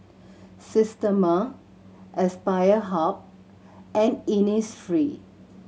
Systema Aspire Hub and Innisfree